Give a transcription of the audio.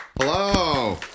Hello